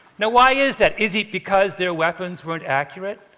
now why is that? is it because their weapons weren't accurate?